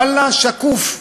ואללה, שקוף.